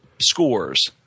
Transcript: scores